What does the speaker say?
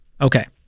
Okay